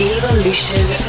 Evolution